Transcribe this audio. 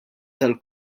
tal